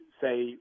say